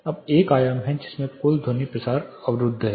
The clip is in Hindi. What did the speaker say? अब एक आयाम है जिसमें कुल ध्वनि प्रसार अवरुद्ध है